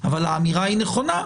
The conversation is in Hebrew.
בואו נלך על הרבע.